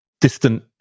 distant